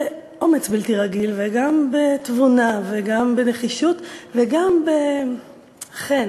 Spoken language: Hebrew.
באומץ בלתי רגיל, גם בתבונה, גם בנחישות וגם בחן.